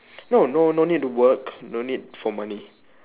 no no no need to work no need for money